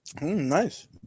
Nice